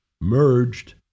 merged